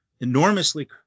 enormously